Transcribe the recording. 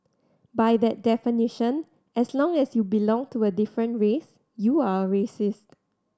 by that definition as long as you belong to a different race you are a racist